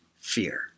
fear